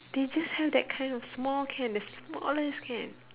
they just have that kind of small can the smallest can